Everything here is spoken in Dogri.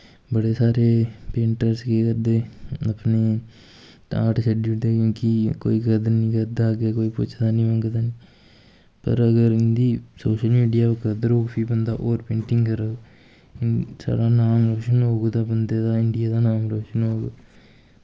बड़े सारे पेंटर्स केह् करदे अपनी स्टार्ट छड्डी ओड़दे क्योंकि कोई कदर नि करदा अग्गें कोई पुच्छदा नी मंगदा निं पर अगर इं'दी सोशल मीडिया उप्पर हो फिर होर बंदा होर पेंटिंग करग साढ़ा नाम रोशन होग ओह्दा बंदे दा इंडिया दा नांऽ रोशन होग